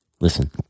Listen